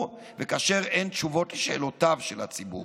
וכאשר אין תשובות לשאלותיו של הציבור.